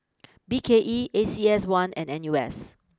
B K E A C S one and N U S